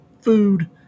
food